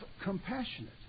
compassionate